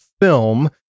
film